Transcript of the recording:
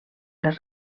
les